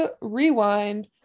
rewind